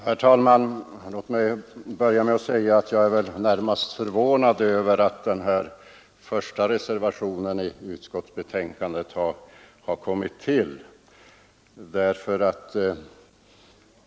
Herr talman! Låt mig börja med att säga att jag är närmast förvånad över att den första reservationen i utskottets betänkande kommit till.